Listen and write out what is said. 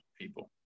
people